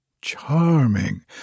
Charming